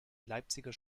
leipziger